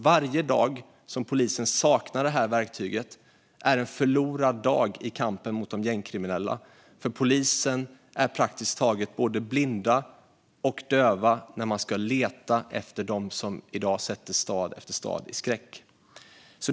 Varje dag som polisen saknar detta verktyg är en förlorad dag i kampen mot de gängkriminella, för polisen är praktiskt taget både blind och döv när man ska leta efter dem som i dag sätter skräck i stad efter stad.